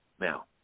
now